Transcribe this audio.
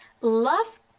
love